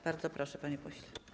Bardzo proszę, panie pośle.